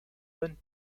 bonnes